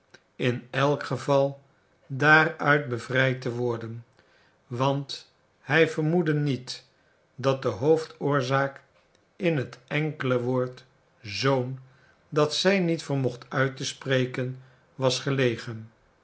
in elk geval daaruit bevrijd te worden want hij vermoedde niet dat de hoofdoorzaak in het enkele woord zoon dat zij niet vermocht uit te spreken was gelegen